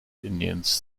indiens